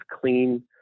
clean